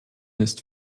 ist